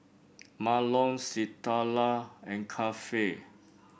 Mahlon Citlali and Keifer